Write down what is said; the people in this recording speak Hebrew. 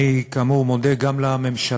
כאמור, אני מודה גם לממשלה,